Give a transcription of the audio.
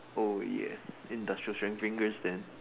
oh ya industrial strength fingers then